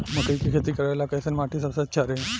मकई के खेती करेला कैसन माटी सबसे अच्छा रही?